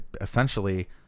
essentially